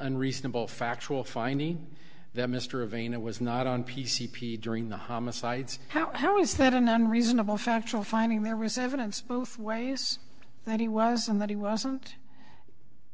unreasonable factual finding that mr of and it was not on p c p during the homicides how was that and then reasonable factual finding there was evidence both ways that he was and that he wasn't